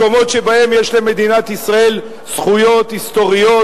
מקומות שבהם יש למדינת ישראל זכויות היסטוריות,